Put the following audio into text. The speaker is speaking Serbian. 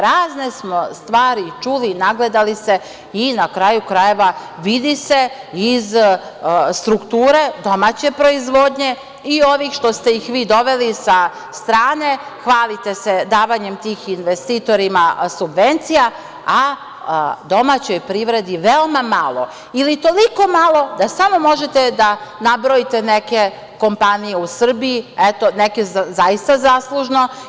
Razne smo stvari čuli i nagledali se i, na kraju krajeva, vidi se iz strukture domaće proizvodnje i ovih što ste ih vi doveli sa strane, hvalite se davanjem tih subvencija investitorima, a domaćoj privredi veoma malo, ili toliko malo da samo možete da nabrojite neke kompanije u Srbiji, eto, neke zaista zaslužno.